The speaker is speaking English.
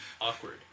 Awkward